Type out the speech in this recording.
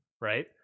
right